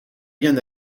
bien